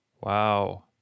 Wow